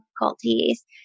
difficulties